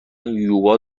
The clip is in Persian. یوگا